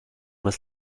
his